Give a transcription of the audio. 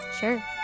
Sure